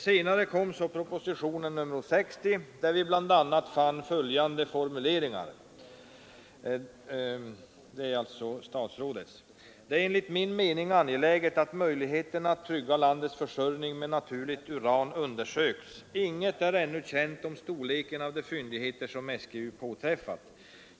Senare kom så propositionen 60, där vi bl.a. finner följande formuleringar: ”Det är enligt min mening angeläget att möjligheterna att trygga landets försörjning med naturligt uran undersöks. Inget är ännu känt om storleken av de fyndigheter som SGU påträffat.